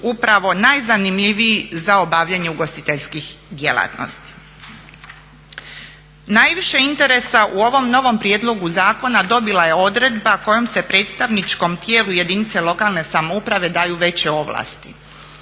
upravo najzanimljiviji za obavljanje ugostiteljskih djelatnosti. Najviše interesa u ovom novom prijedlogu zakona dobila je odredba kojom predstavničkom tijelu jedinice lokalne samouprave daju veće ovlasti